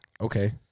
Okay